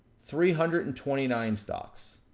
three hundred and twenty nine stocks.